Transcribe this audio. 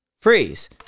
freeze